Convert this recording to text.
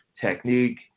technique